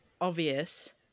obvious